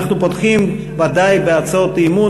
אנחנו פותחים ודאי בהצעות אי-אמון.